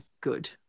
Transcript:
good